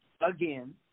again